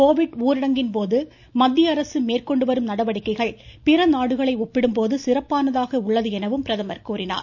Covid ஊரடங்கின் போது மத்திய அரசு மேற்கொண்டு வரும் நடவடிக்கைகள் பிற நாடுகளை ஒப்பிடும் போது சிறப்பானதாக உள்ளது எனவும் பிரதமர் கூறினார்